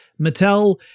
Mattel